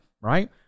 right